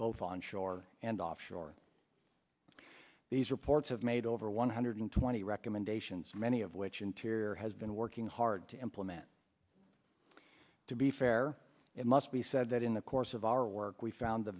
both onshore and offshore these reports have made over one hundred twenty recommendations many of which interior has been working hard to implement to be fair it must be said that in the course of our work we found the